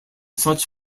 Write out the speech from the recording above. such